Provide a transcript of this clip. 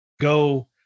go